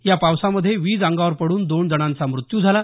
या पावसामध्ये वीज अंगावर पडून दोन जणाचा मृत्यू झाला